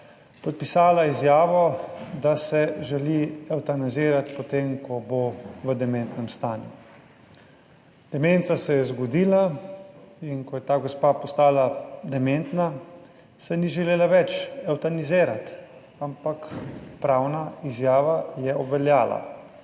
podpisala izjavo, da se želi evtanazirati, potem ko bo v dementnem stanju. Demenca se je zgodila, in ko je ta gospa postala dementna, se ni želela več evtanazirati, ampak pravna izjava je obveljala.